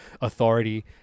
authority